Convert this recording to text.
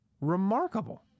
remarkable